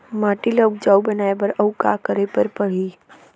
माटी ल उपजाऊ बनाए बर अऊ का करे बर परही?